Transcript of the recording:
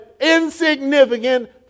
insignificant